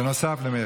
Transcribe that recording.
נוסף לזו של מאיר